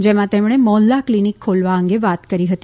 જેમાં તેમણે મોહલ્લા કલિનીક ખોલવા અંગે વાત કરી હતી